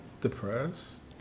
depressed